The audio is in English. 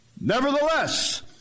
Nevertheless